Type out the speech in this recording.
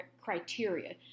criteria